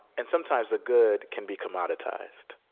and sometimes the good can be commoditized.